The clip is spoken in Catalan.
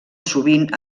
sovint